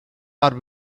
are